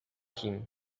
kim